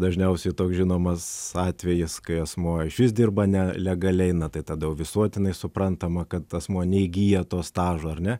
dažniausiai toks žinomas atvejis kai asmuo išvis dirba nelegaliai na tai tada jau visuotinai suprantama kad asmuo neįgyja to stažo ar ne